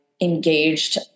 engaged